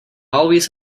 always